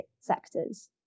sectors